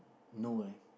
no leh